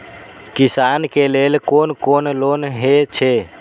किसान के लेल कोन कोन लोन हे छे?